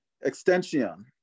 extension